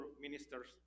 ministers